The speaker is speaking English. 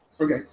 Okay